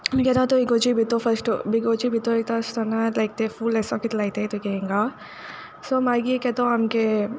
आमगे जातो इगोर्जी भितोर फर्स्ट इगोर्जी भितोर ओयत आसतोना लायक तें फूल अेसो कीत लायताय तुगे इंगा सो मागी केदों आमगे